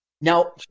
Now